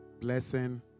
blessing